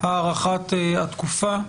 הארכת התקופה,